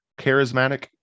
charismatic